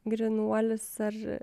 grynuolis ar